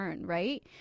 right